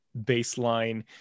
baseline